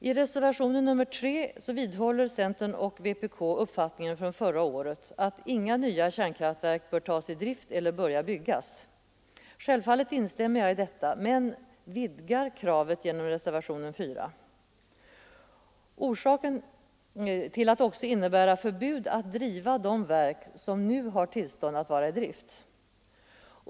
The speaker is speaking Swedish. I reservationen 3 vidhåller centern och vpk uppfattningen från förra året, att inga nya kärnkraftverk bör tas i drift eller börja byggas. Självfallet instämmer jag i detta men vidgar kravet genom reservationen 4 till att också innebära förbud att driva de verk som nu har tillstånd att vara i drift.